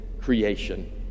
creation